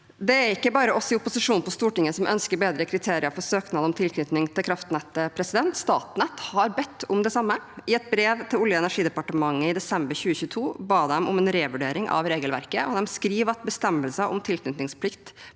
Det er ikke bare oss i opposisjonen på Stortinget som ønsker bedre kriterier for søknader om tilknytning til kraftnettet. Statnett har bedt om det samme. I et brev til Olje- og energidepartementet i desember 2022 ba de om en revurdering av regelverket, og de skrev: «Bestemmelsen om tilknytningsplikt